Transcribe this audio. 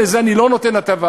לזה אני לא נותן הטבה?